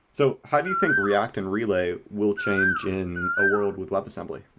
so how you think react and relay will change in a world with web assembly,